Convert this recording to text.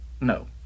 No